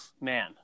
Man